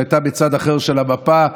שהייתה מצד אחר של המפה,